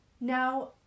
Now